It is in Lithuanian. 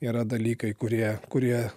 yra dalykai kurie kurie